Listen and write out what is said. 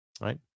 Right